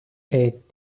aid